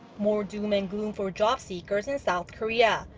more doom and gloom for jobseekers in south korea.